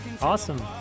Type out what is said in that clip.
Awesome